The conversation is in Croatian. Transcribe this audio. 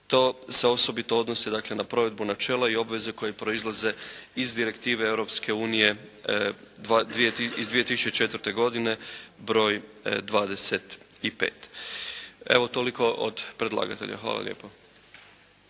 To se osobito odnosni dakle na provedbu načela i obveze koje proizlaze iz direktive Europske unije iz 2004. godine broj 25. Evo toliko od predlagatelja. Hvala lijepa.